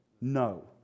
no